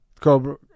Cobra